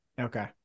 Okay